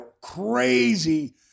crazy